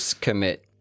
commit